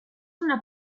una